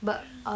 ya